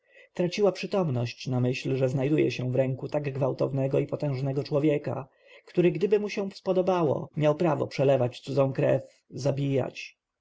traciła przytomność na myśl że znajduje się w ręku tak gwałtownego i potężnego człowieka który gdyby mu się podobało miał prawo przelewać cudzą krew zabijać